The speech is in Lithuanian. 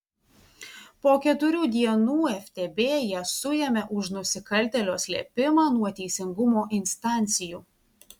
po keturių dienų ftb ją suėmė už nusikaltėlio slėpimą nuo teisingumo instancijų